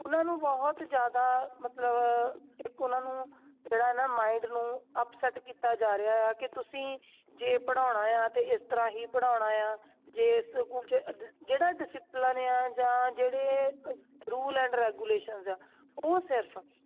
ਉਹਨਾਂ ਨੂੰ ਬਹੁਤ ਜ਼ਿਆਦਾ ਮਤਲਬ ਇੱਕ ਉਹਨਾਂ ਨੂੰ ਜਿਹੜਾ ਨਾ ਮਾਇੰਡ ਨੂੰ ਅਪਸੈਟ ਕੀਤਾ ਜਾ ਰਿਹਾ ਆ ਕਿ ਤੁਸੀਂ ਜੇ ਪੜ੍ਹਾਉਣਾ ਆ ਤਾਂ ਇਸ ਤਰ੍ਹਾਂ ਹੀ ਪੜ੍ਹਾਉਣਾ ਆ ਜੇ ਇਸ ਸਕੂਲ 'ਚ ਜ ਜਿਹੜਾ ਡਿਸਿਪਲਨ ਨੇ ਆ ਜਾਂ ਜਿਹੜੇ ਰੂਲ ਐਂਡ ਰੈਗੂਲੇਸ਼ਨਸ ਆ ਉਹ ਸਿਰਫ